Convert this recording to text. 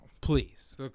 please